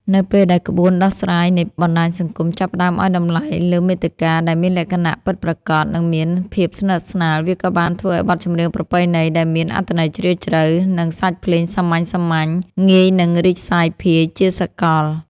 នៅពេលដែលក្បួនដោះស្រាយនៃបណ្តាញសង្គម ចាប់ផ្តើមឲ្យតម្លៃលើមាតិកាដែលមានលក្ខណៈពិតប្រាកដ និងមានភាពស្និទ្ធស្នាល វាក៏បានធ្វើឱ្យបទចម្រៀងប្រពៃណី ដែលមានអត្ថន័យជ្រាលជ្រៅ និងសាច់ភ្លេងសាមញ្ញៗ ងាយនឹងរីកសាយភាយជាសកល។